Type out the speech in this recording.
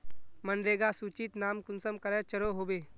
मनरेगा सूचित नाम कुंसम करे चढ़ो होबे?